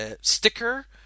Sticker